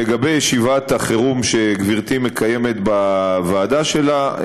לגבי ישיבת החירום שגברתי מקיימת בוועדה שלה,